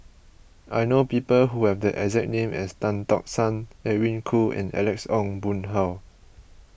I know people who have the exact name as Tan Tock San Edwin Koo and Alex Ong Boon Hau